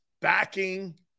backing